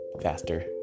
faster